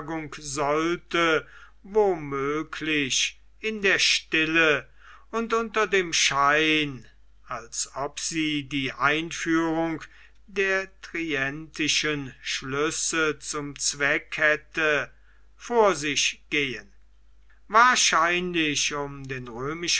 sollte wo möglich in der stille und unter dem schein als ob sie die einführung der trientischen schlüsse zum zweck hätte vor sich gehen wahrscheinlich um den römischen